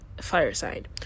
fireside